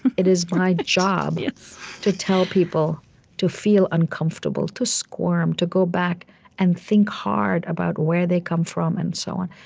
it is my job yeah to tell people to feel uncomfortable, to squirm, to go back and think hard about where they come from and so on.